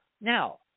Now